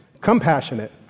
compassionate